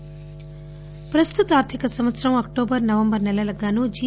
GST ప్రస్తుత ఆర్థిక సంవత్సరం అక్షోబర్ నవంబర్ నెలలకు గాను జి